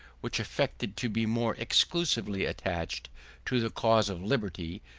which affected to be more exclusively attached to the cause of liberty,